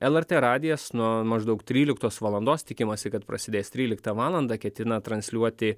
lrt radijas nuo maždaug tryliktos valandos tikimasi kad prasidės tryliktą valandą ketina transliuoti